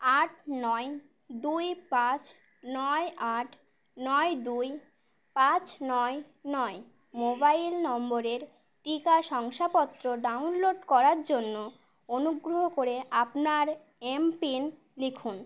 আট নয় দুই পাঁচ নয় আট নয় দুই পাঁচ নয় নয় মোবাইল নম্বরের টিকা শংসাপত্র ডাউনলোড করার জন্য অনুগ্রহ করে আপনার এমপিন লিখুন